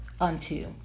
unto